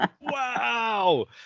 wow